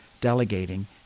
delegating